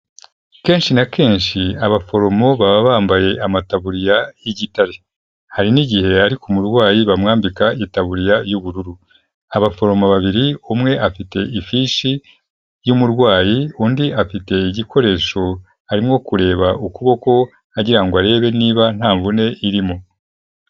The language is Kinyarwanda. Kenshi na kenshi abaforomo baba bambaye amataburiya y'igitare, hari n'igihe ariko umurwayi bamwambika itaburiya y'ubururu, abaforomo babiri umwe afite ifishi y'umurwayi undi afite igikoresho arimo kureba ukuboko agira ngo arebe niba nta mvune irimo.